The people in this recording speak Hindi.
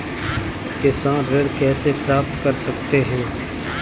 किसान ऋण कैसे प्राप्त कर सकते हैं?